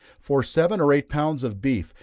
for seven or eight pounds of beef,